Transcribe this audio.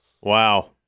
Wow